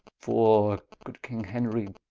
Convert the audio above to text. for good king henry,